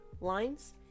lines